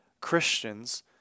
Christians